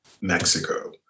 Mexico